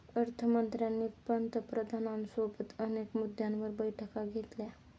अर्थ मंत्र्यांनी पंतप्रधानांसोबत अनेक मुद्द्यांवर बैठका घेतल्या